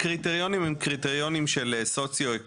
הקריטריונים הם של סוציואקונומי.